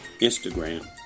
Instagram